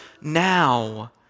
now